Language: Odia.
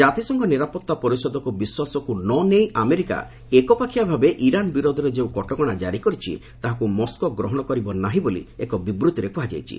ଜାତିସଂଘ ନିରାପତ୍ତା ପରିଷଦକୁ ବିଶ୍ୱାସକୁ ନ ନେଇ ଆମେରିକା ଏକପାଖିଆ ଭାବେ ଇରାନ୍ ବିରୋଧରେ ଯେଉଁ କଟକଶା କାରି କରିଛି ତାହାକୁ ମସ୍କୋ ଗ୍ରହଣ କରିବ ନାହିଁ ବୋଲି ଏକ ବିବୃଭିରେ କୁହାଯାଇଛି